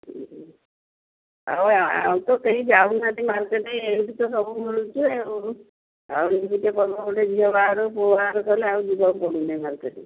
ହଉ ଆଉ ତ କେହି ଯାଉନାହାନ୍ତି ମାର୍କେଟ୍ ଏମିତି ତ ସବୁ ମିଳୁଛି ଆଉ ଆଉ ଟିକେ କରିବ ଗୋଟେ ଝିଅ ବାହାରୁ ପୁଅ ବାହାରୁ ଗଲେ ଆଉ ଯିବାକୁ ପଡ଼ୁନି ମାର୍କେଟ୍